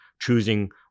choosing